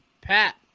Pat